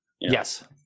Yes